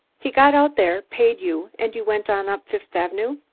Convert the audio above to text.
he got out there, paid you, and you went on up fifth avenue.